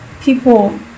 people